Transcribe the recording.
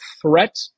threat